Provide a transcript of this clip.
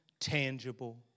tangible